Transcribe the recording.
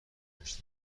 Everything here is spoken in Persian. بهش